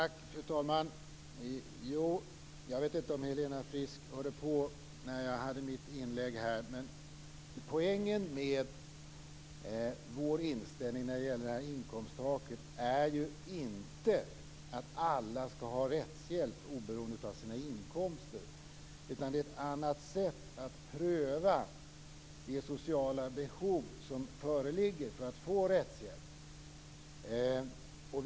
Fru talman! Jag vet inte om Helena Frisk hörde på när jag hade mitt inlägg här. Men poängen med vår inställning när det gäller inkomsttaket är ju inte att alla skall ha rättshjälp oberoende av sina inkomster. Vi föreslår ett annat sätt att pröva det sociala behov som föreligger för att få rättshjälp.